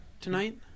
tonight